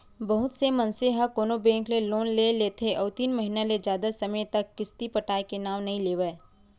बहुत से मनसे ह कोनो बेंक ले लोन ले लेथे अउ तीन महिना ले जादा समे तक किस्ती पटाय के नांव नइ लेवय